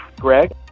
Greg